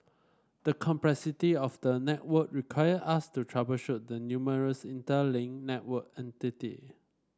the complexity of the network required us to troubleshoot the numerous interlinked network entity